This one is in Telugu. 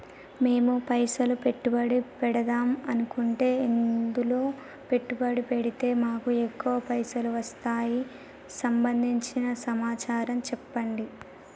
మేము పైసలు పెట్టుబడి పెడదాం అనుకుంటే ఎందులో పెట్టుబడి పెడితే మాకు ఎక్కువ పైసలు వస్తాయి సంబంధించిన సమాచారం చెప్పండి?